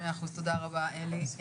מאה אחוז, תודה רבה, עלי.